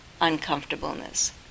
uncomfortableness